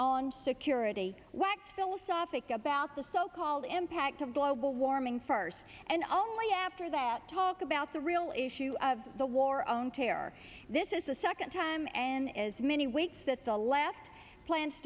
on security wax philosophical about the so called impact of global warming first and only after that talk about the real issue of the war on terror this is the second time and as many weeks that the last plans